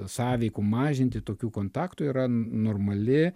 sąveikų mažinti tokių kontaktų yra normali